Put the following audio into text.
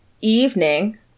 evening